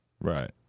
Right